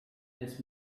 this